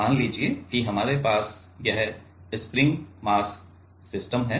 मान लीजिए कि हमारे पास यह स्प्रिंगमास सिस्टम है